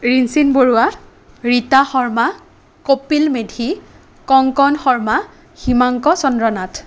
Rinchin Baruah Rita Sharma Kapil Medhi Kankan Sharma Himanka Chandra Nath